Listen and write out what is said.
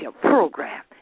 program